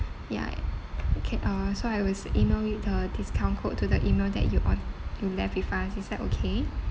ya okay uh so I was email you the discount code to the email that you ord~ you left with us is that okay